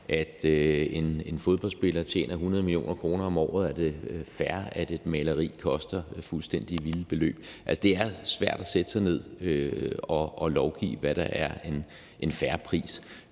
at en fodboldspiller tjener 100 mio. kr. om året. Er det fair, at et maleri koster fuldstændig vilde beløb? Altså, det er svært at sætte sig ned og lovgive om, hvad der er en fair pris.